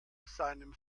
seinem